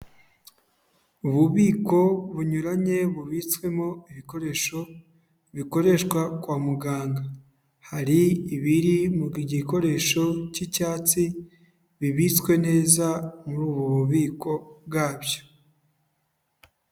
Ububiko bunyuranye bubitswemo ibikoresho bikoreshwa kwa muganga. Hari ibiri mu gikoresho cy'icyatsi, bibitswe neza muri ubu bubiko bwabyo.